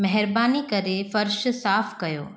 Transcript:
महिरबानी करे फ़र्श साफ़ कयो